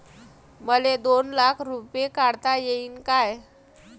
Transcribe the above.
मले दोन लाख रूपे काढता येईन काय?